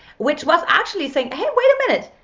which was actually saying hey wait a minute,